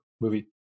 movie